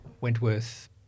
Wentworth